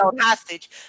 hostage